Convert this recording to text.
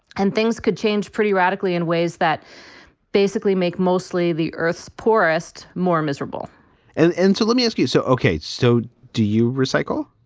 and things could change pretty radically in ways that basically make mostly the earth's poorest more miserable and and so let me ask you. so, ok, so do you recycle?